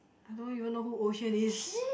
I don't even know who oh xuan is